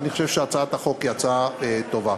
אני חושב שהצעת החוק היא הצעה טובה.